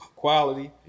quality